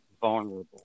vulnerable